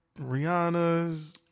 Rihanna's